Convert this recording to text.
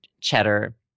cheddar